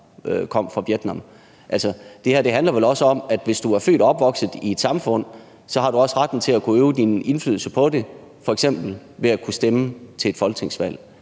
kom fra Vietnam. Det her handler vel også om, at hvis du er født og opvokset i et samfund, har du også retten til at øve indflydelse på det, f.eks. ved at kunne stemme til et folketingsvalg.